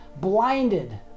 blinded